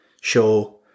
show